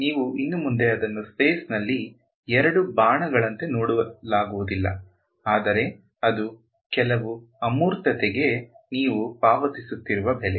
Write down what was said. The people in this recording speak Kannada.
ನೀವು ಇನ್ನು ಮುಂದೆ ಅದನ್ನು ಸ್ಪೇಸ್ ನಲ್ಲಿ ಎರಡು ಬಾಣಗಳಂತೆ ನೋಡಲಾಗುವುದಿಲ್ಲ ಆದರೆ ಅದು ಕೆಲವು ಅಮೂರ್ತತೆಗೆ ನೀವು ಪಾವತಿಸುತ್ತಿರುವ ಬೆಲೆ